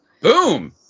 Boom